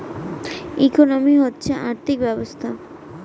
economy হচ্ছে আর্থিক ব্যবস্থা